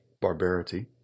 barbarity